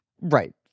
Right